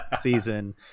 season